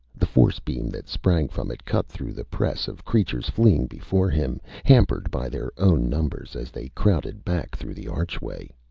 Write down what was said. the force-beam that sprang from it cut through the press of creatures fleeing before him, hampered by their own numbers as they crowded back through the archway.